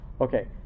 Okay